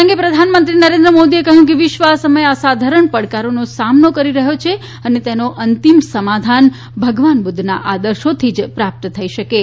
આ પ્રસંગે પ્રધાનમંત્રી નરેન્દ્ર મોદીએ કહ્યું હતું કે વિશ્વ આ સમયે અસાધારણ પડકારોનો સામનો કરી રહ્યો છે અને તેનો અંતિમ સમાધાન ભગવાન બુદ્ધના આદર્શોથી જ પ્રાપ્ત થઇ શકે છે